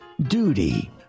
duty